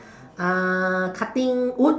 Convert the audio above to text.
uh cutting wood